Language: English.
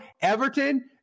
Everton